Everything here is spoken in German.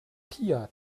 pia